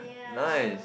nice